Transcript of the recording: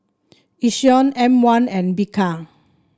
Yishion M one and Bika